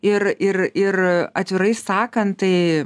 ir ir ir atvirai sakant tai